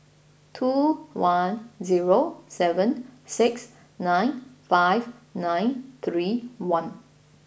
two one zero seven six nine five nine three one